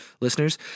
listeners